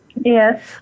Yes